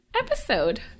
episode